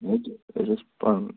اسہِ اوس پانہٕ